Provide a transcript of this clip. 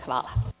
Hvala.